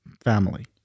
family